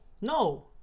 No